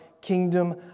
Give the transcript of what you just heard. kingdom